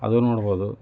ಅದೂ ನೋಡ್ಬೋದು